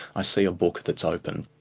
i see a book that's open.